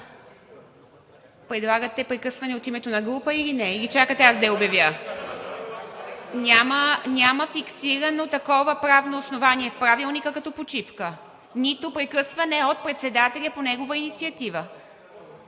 Предлагате прекъсване от името на група или не, или чакате, аз да я обявя? (Реплики: „Почивка.“) Няма фиксирано такова правно основание в Правилника – като почивка, нито прекъсване от председателя по негова инициатива.